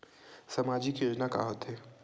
सामाजिक योजना का होथे?